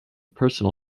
personal